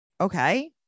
Okay